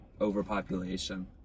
overpopulation